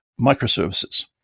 microservices